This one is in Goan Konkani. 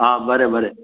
आं बरें बरें